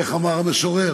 איך אמר המשורר?